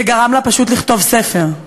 זה גרם לה פשוט לכתוב ספר.